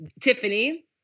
Tiffany